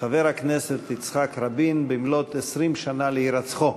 חבר הכנסת יצחק רבין במלאות 20 שנה להירצחו,